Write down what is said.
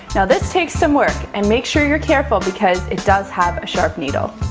now this takes some work. and make sure you're careful because it does have a sharp needle.